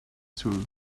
through